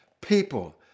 people